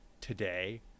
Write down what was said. today